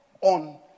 on